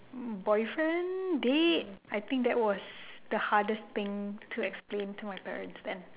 boyfriend date I think that was the hardest thing to explain to my parents then